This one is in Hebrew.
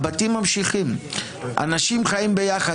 הבתים ממשיכים: אנשים חיים ביחד,